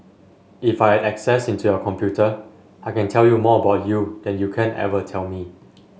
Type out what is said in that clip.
if I had access into your computer I can tell you more about you than you can ever tell me